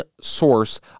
source